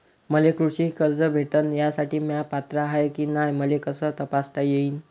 मले कृषी कर्ज भेटन यासाठी म्या पात्र हाय की नाय मले कस तपासता येईन?